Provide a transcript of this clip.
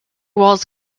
walls